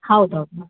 ಹೌದು ಹೌದು